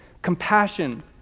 compassion